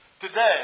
today